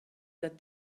that